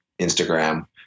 instagram